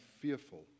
fearful